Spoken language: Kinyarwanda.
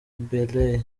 bailey